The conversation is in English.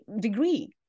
degree